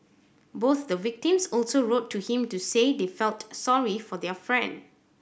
both the victims also wrote to him to say they felt sorry for their friend